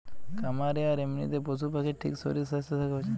খামারে আর এমনিতে পশু পাখির ঠিক শরীর স্বাস্থ্য থাকা উচিত